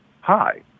Hi